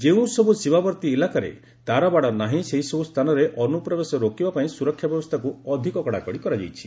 ଯେଉଁସବୁ ସୀମାବର୍ତ୍ତୀ ଇଲାକାରେ ତାରବାଡ଼ ନାହିଁ ସେହିସବୁ ସ୍ଥାନରେ ଅନୁପ୍ରବେଶ ରୋକିବା ପାଇଁ ସ୍କରକ୍ଷା ବ୍ୟବସ୍ଥାକୁ ଅଧିକ କଡ଼ାକଡ଼ି କରାଯାଇଛି